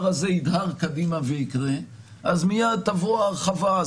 הזה ידהר קדימה ויקרה אז מיד תבוא ההרחבה,